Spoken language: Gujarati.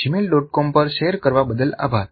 com પર શેર કરવા બદલ આભાર